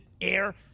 air